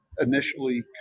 initially